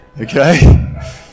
okay